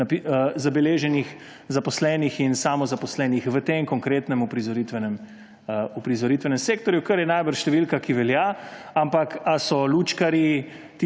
zabeleženih zaposlenih in samozaposlenih v tem konkretnem uprizoritvenem sektorju, kar je najbrž številka, ki velja. Ampak, ali so lučkarji,